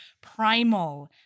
primal